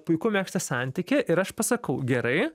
puiku megzti santykį ir aš pasakau gerai